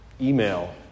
email